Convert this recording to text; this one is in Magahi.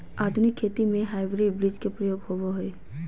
आधुनिक खेती में हाइब्रिड बीज के प्रयोग होबो हइ